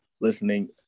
listening